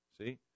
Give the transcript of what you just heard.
See